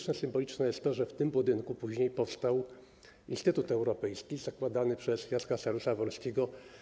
I symboliczne jest to, że w tym budynku później powstał Instytut Europejski, zakładany przez Jacka Saryusza-Wolskiego.